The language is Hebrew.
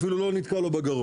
אפילו לא נתקע לו בגרון.